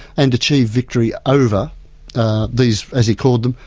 and achieve victory over these, as he called them,